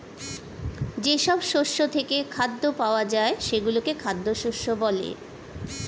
যেসব শস্য থেকে খাদ্য পাওয়া যায় সেগুলোকে খাদ্য শস্য বলে